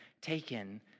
taken